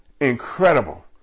Incredible